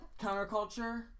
counterculture